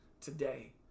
today